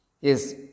Yes